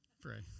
pray